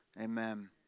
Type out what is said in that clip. Amen